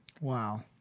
Wow